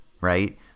right